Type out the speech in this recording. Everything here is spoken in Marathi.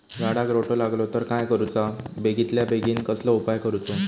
झाडाक रोटो लागलो तर काय करुचा बेगितल्या बेगीन कसलो उपाय करूचो?